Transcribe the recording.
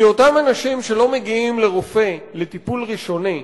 כי אותם אנשים שלא מגיעים לרופא לטיפול ראשוני,